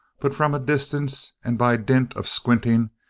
but from a distance and by dint of squinting,